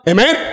Amen